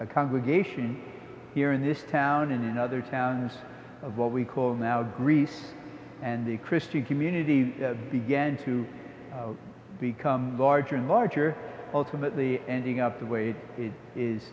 a congregation here in this town in another town most of what we call now greece and the christian community began to become larger and larger ultimately ending up the way it is